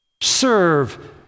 Serve